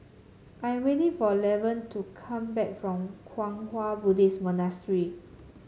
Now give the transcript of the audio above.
I am waiting for Lavern to come back from Kwang Hua Buddhist Monastery